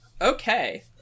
okay